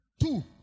Two